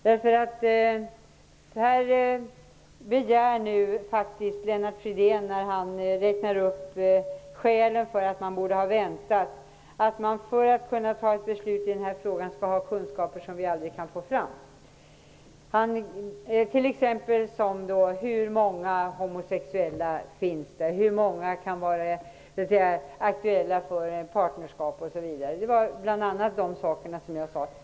Lennart Fridén begär faktiskt, när han räknar upp skälen för att man borde ha väntat, att man för att fatta ett beslut i denna fråga skall ha kunskaper som vi aldrig kan få fram. Det gäller t.ex. hur många homosexuella det finns, hur många som kan vara aktuella för partnerskap osv. Det var bl.a. de sakerna jag tog upp.